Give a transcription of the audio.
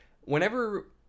whenever